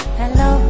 hello